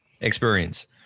experience